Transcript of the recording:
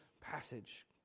passage